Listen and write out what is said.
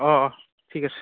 অহ ঠিক আছে